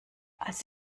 als